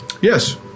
Yes